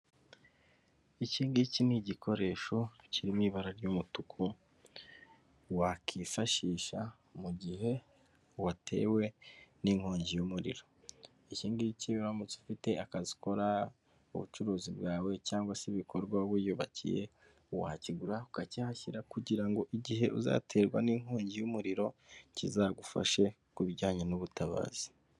Ikigiki ni igikoresho kirimo ibara ry'umutuku wakifashisha mu gihe watewe n'inkongi y'umuriro iki ngiki uramutse ufite akazi ukora ubucuruzi bwawe cyangwa se ibikorwa wiyubakiye wakigura ukacyahashyira kugira ngo igihe uzaterwa n'inkongi y'umuriro kizagufashe ku bijyanye n'ubutabazi.